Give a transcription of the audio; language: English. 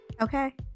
Okay